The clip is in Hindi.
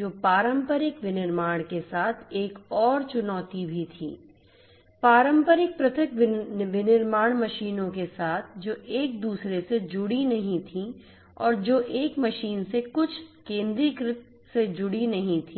जो पारंपरिक विनिर्माण के साथ एक और चुनौती भी थी पारंपरिक पृथक विनिर्माण मशीनों के साथ जो एक दूसरे से जुड़ी नहीं थीं और जो एक मशीन से कुछ केंद्रीकृत से जुड़ी नहीं थीं